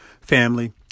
Family